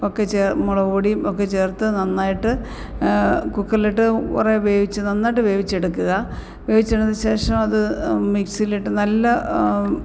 ഒക്കെ മുളകുപൊടിയും ഒക്കെ ചേർത്ത് നന്നായിട്ട് കുക്കറിലിട്ട് കുറെ വേവിച്ച് നന്നായിട്ട് വേവിച്ചെടുക്കുക വേവിച്ചെടുത്തതിന് ശേഷം അത് മിക്സിയിലിട്ട് നല്ല